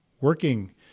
working